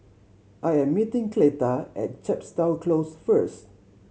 I am meeting Cleta at Chepstow Close first